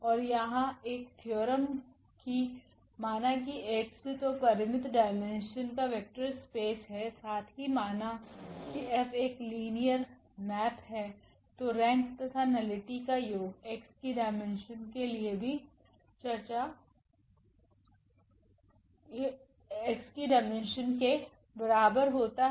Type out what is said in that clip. और यहाँ एक थ्योरम कि माना कि𝑋तो परिमित डाईमेन्शन का वेक्टर स्पेस है साथ ही माना कि𝐹एक लिनियर मेप है तो रैंक तथा नलिटी का योग X की डाईमेन्शन के बराबर होता है